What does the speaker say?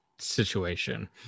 situation